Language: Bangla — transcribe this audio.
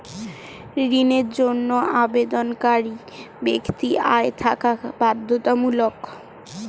ঋণের জন্য আবেদনকারী ব্যক্তি আয় থাকা কি বাধ্যতামূলক?